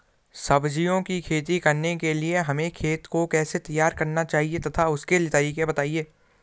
सब्जियों की खेती करने के लिए हमें खेत को कैसे तैयार करना चाहिए तथा उसके तरीके बताएं?